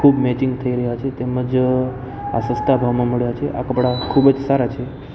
ખૂબ મેચિંગ થઈ રહ્યા છે તેમજ આ સસ્તા ભાવમાં મળ્યા છે આ કપડા ખૂબ જ સારા છે